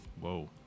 whoa